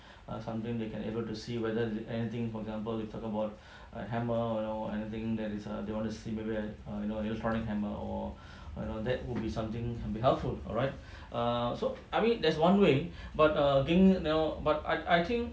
or sometimes they can able to see whether anything for example you talk about err hammer you know anything that is err they want to see whether err you know you probably hammer or or you know that would be something can be helpful alright err so I mean that's one way but err being you know but I I think